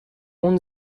اون